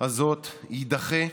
הזאת יידחה,